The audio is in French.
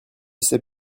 sais